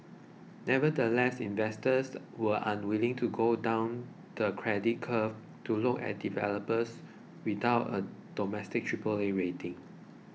nevertheless investors were unwilling to go down the credit curve to look at developers without a domestic Triple A rating